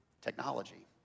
technology